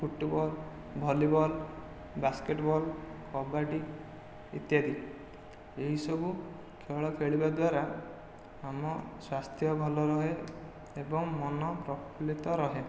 football volleyball basketball kabaddi ଇତ୍ୟାଦି ଏହିସବୁ ଖେଳ ଖେଳିବା ଦ୍ୱାରା ଆମ ସ୍ୱାସ୍ଥ୍ୟ ଭଲ ରୁହେ ଏବଂ ମନ ପ୍ରଫୁଲ୍ଲିତ ରହେ